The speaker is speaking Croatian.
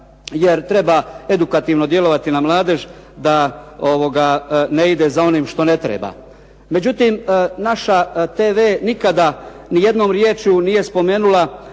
jer treba edukativno djelovati na mladež da ne ide za onim što ne treba. Međutim, naša TV nikada nijednom rječju nije spomenula